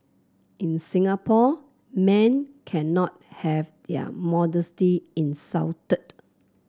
in Singapore men cannot have their modesty insulted